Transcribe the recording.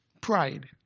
pride